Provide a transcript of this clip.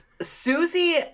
Susie